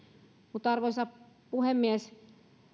mutta arvoisa puhemies